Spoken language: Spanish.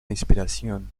inspiración